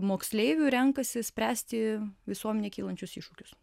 moksleivių renkasi spręsti visuomenei kylančius iššūkius